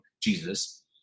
Jesus